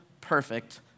perfect